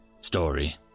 story